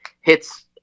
hits